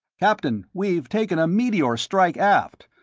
captain, we've taken a meteor strike aft,